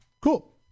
Cool